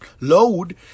load